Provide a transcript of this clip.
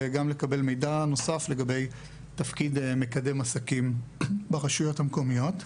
וגם לקבל מידע נוסף לגבי תפקיד מקדם עסקים ברשויות המקומיות.